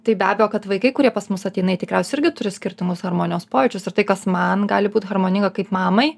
tai be abejo kad vaikai kurie pas mus ateina jie tikriausiai irgi turi skirtumus harmonijos pojūčius ir tai kas man gali būt harmoninga kaip mamai